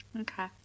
Okay